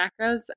macros